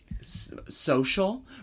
social